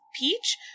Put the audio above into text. peach